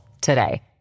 today